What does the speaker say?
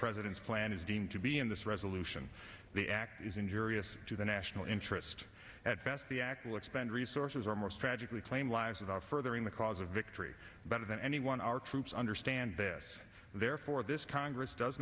president's plan is deemed to be in this resolution the act is injurious to the national interest at best the act will expend resources or most tragically plain lives of our furthering the cause of victory better than anyone our troops understand this therefore this congress does